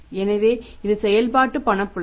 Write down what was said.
எனவே இது செயல்பாட்டு பணப்புழக்கம்